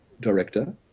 director